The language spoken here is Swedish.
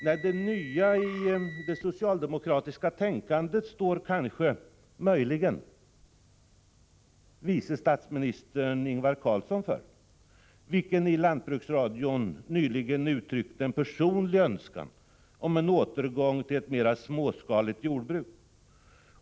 Nej, det nya i det socialdemokratiska tänkandet står möjligen vice statsminister Ingvar Carlsson för. Han uttryckte nyligen i lantbruksradion en personlig önskan om en återgång till ett mer småskaligt jordbruk.